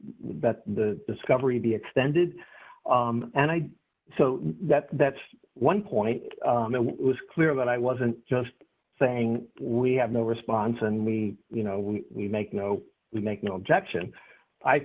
that the discovery be extended and i so that that's one point it was clear that i wasn't just saying we have no response and we you know we make no we make no objection i